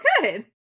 good